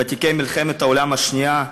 ותיקי מלחמת העולם השנייה,